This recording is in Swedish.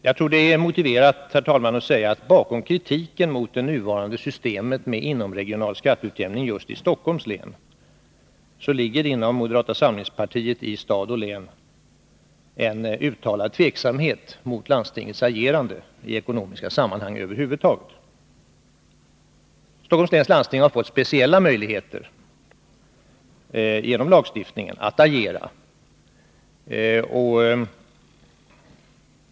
Jag tror att det är motiverat att säga att bakom kritiken mot det nuvarande systemet med inomregional skatteutjämning just i Stockholms län ligger en uttalad tveksamhet inom moderata samlingspartiet i stad och län i fråga om landstingets agerande i ekonomiska sammanhang över huvud taget. å 103 Stockholms läns landsting har genom lagstiftningen fått speciella möjligheter att agera.